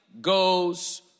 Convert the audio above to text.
goes